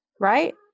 right